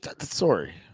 Sorry